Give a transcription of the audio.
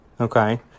Okay